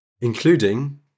Including